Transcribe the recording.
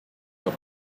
жок